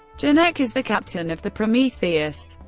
janek is the captain of the prometheus.